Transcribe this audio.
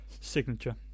signature